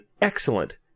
excellent